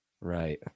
Right